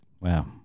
Wow